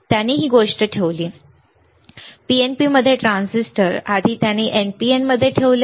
त्याने ही गोष्ट ठेवली PNP मध्ये ट्रान्झिस्टर आधी त्याने NPN मध्ये ठेवले